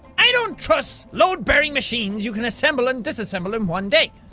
i don't trust load-bearing machines you can assemble and disassemble in one day.